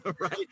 right